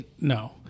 No